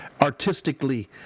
artistically